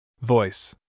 Voice